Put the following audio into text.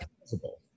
possible